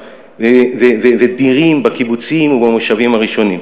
ודירים בקיבוצים ובמושבים הראשונים.